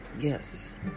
yes